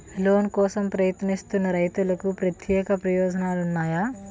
Loan కోసం ప్రయత్నిస్తున్న రైతులకు ప్రత్యేక ప్రయోజనాలు ఉన్నాయా?